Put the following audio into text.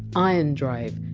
ion drive,